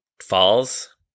falls